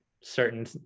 certain